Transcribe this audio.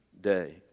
day